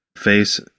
face